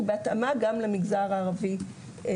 ובהתאמה גם למגזר הערבי.